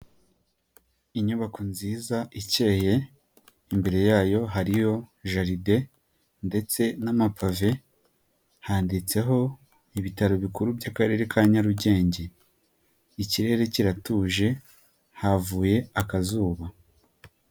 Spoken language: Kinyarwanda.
Inyubako nziza ikeye imbere yayo hariyo jaride ndetse n'amapave handitseho ibitaro bikuru by'akarere ka Nyarugenge, ikirere kiratuje havuye akazuba.